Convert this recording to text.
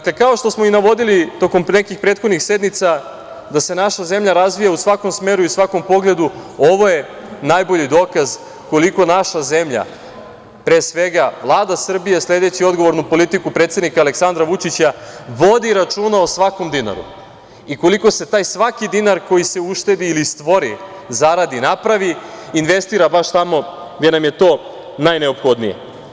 Kao što smo i navodili tokom nekih prethodnih sednica, da se naša zemlja razvija u svakom smeru i svakom pogledu, ovo je najbolji dokaz koliko naša zemlja, pre svega Vlada Srbije, sledeći odgovornu politiku predsednika Aleksandra Vučića, vodi računa o svakom dinaru i koliko se taj svaki dinar koji se uštedi ili stvori, zaradi, napravi, investira baš tamo gde nam je to najneophodnije.